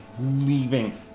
leaving